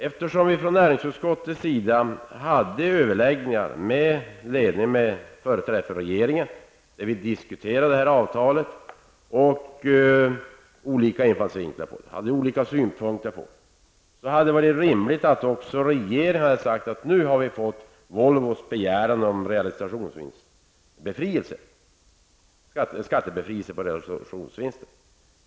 Eftersom näringsutskottet hade överläggningar med företrädare för regeringen, varvid vi diskuterade avtalet och anlade olika synpunkter, hade det varit rimligt om också regeringen hade sagt att Volvo hade kommit med en begäran om skattebefrielse när det gällde realisationsvinsten.